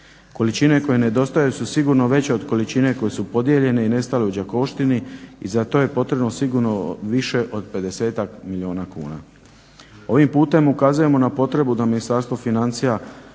Količine koje nedostaju su sigurno veće od količine koje su podijeljene i nestale u Đakovštini i za to je potrebno sigurno više od 50 milijuna kuna. Ovim putem ukazujemo na potrebu da Ministarstvo financija